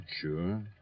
Sure